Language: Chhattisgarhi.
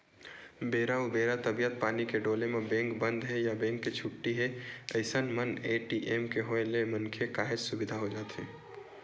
बेरा उबेरा तबीयत पानी के डोले म बेंक बंद हे या बेंक के छुट्टी हे अइसन मन ए.टी.एम के होय ले मनखे काहेच सुबिधा हो जाथे